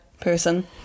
person